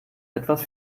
etwas